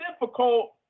difficult